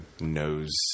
knows